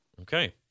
Okay